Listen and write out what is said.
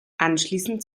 anschließend